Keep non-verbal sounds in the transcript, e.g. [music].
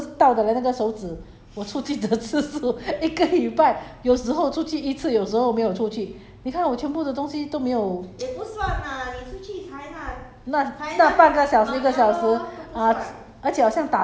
那个我从来我去我很少出去 right 你看数得数得到的 leh 那个手指我出去只次数一个礼拜有时候出去一次有时候没有出去你看我全部的东西都没有 [breath]